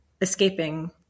escaping